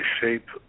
shape